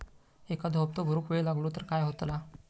एखादो हप्तो भरुक वेळ लागलो तर काय होतला?